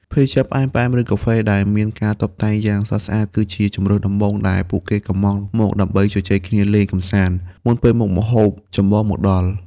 ភេសជ្ជៈផ្អែមៗ ឬកាហ្វេដែលមានការតុបតែងយ៉ាងស្រស់ស្អាត គឺជាជម្រើសដំបូងដែលពួកគេកុម្ម៉ង់មកដើម្បីជជែកគ្នាលេងកម្សាន្ត មុនពេលមុខម្ហូបចម្បងមកដល់។